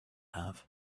have